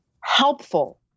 helpful